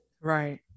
right